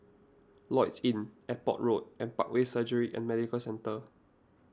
Lloyds Inn Airport Road and Parkway Surgery and Medical Centre